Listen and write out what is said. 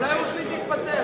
אולי הוא החליט להתפטר?